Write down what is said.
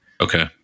Okay